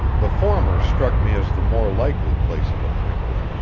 the former struck me as the more likely place of appointment,